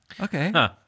Okay